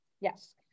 Yes